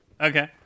Okay